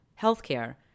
healthcare